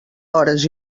hores